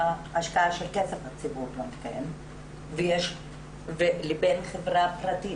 השקעה של כסף לציבור לבין חברה פרטית.